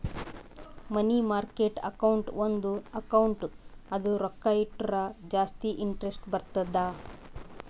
ಮನಿ market account ಒಂದ್ account ಅದ ರೊಕ್ಕಾ ಇಟ್ಟುರ ಜಾಸ್ತಿ ಇಂಟರೆಸ್ಟ್ ಬರ್ತುದ್